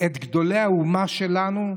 את גדולי האומה שלנו?